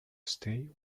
stay